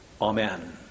Amen